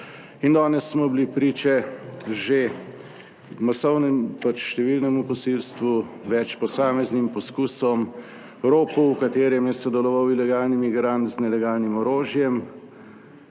in danes smo bili priče že masovnemu, pač številnemu posilstvu, več posameznim poskusom, ropu, v katerem je sodeloval ilegalni migrant z nelegalnim orožjem,